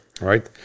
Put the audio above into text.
Right